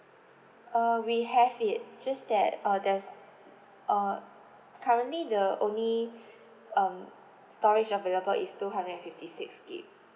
uh we have it just that uh there's uh currently the only um storage available is two hundred and fifty six gig